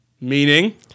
Meaning